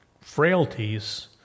frailties